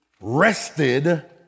rested